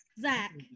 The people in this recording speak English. zach